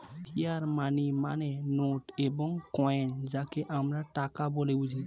fiat money মানে note এবং coin যাকে আমরা টাকা বলে বুঝি